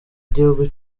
igihugu